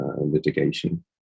litigation